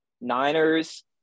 Niners